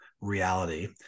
reality